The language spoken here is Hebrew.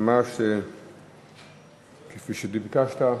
כפי שביקשת.